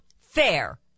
fair